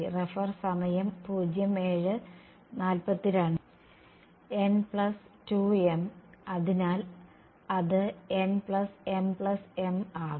n2m അതിനാൽ അത് nmm ആകും